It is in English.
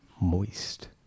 Moist